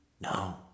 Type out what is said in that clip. No